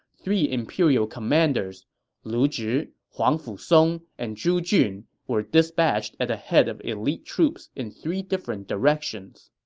three imperial commanders lu zhi, huangfu song, and zhu jun were dispatched at the head of elite troops in three different directions